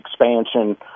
expansion